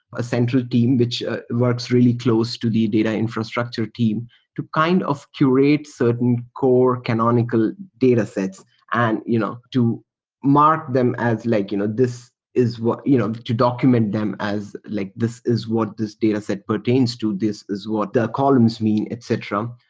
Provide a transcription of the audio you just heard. a central team, which works really close to the data infrastructure team to kind of curate certain core canonical datasets and you know mark them as like you know this is what you know to document them as like this is what this dataset pertains to. this is what the columns mean, etc.